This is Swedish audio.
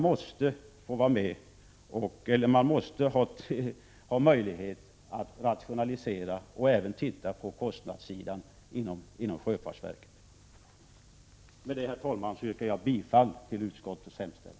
Man måste ha möjlighet att rationalisera och även titta på kostnadssidan inom sjöfartsverket. Med detta, herr talman, yrkar jag bifall till utskottets hemställan.